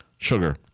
Sugar